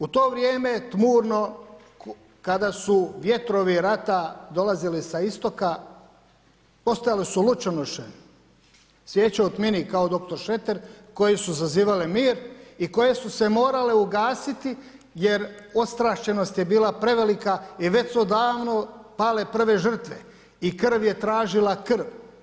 U to vrijeme tmurno kada su vjetrovi rata dolazili sa istoka, postojali su lučonoše, svijeće u tmini kao dr. Šreter koji su zazivali mir i koje su se morale ugasiti jer ostraščenost je bila prevelika i već su odavno pale prve žrtve i krv je tražila krv.